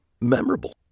memorable